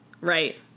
Right